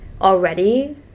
already